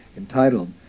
entitled